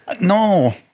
No